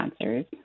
answers